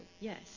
yes